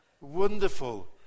Wonderful